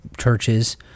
churches